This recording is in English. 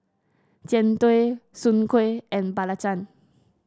Jian Dui Soon Kuih and belacan